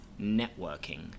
networking